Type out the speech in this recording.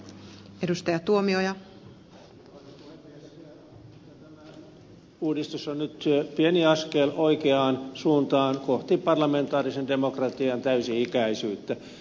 tämä uudistus on nyt pieni askel oikeaan suuntaan kohti parlamentaarisen demokratian täysi ikäisyyttä